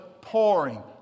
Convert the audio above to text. pouring